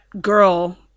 girl